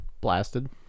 Blasted